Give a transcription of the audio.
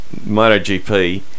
MotoGP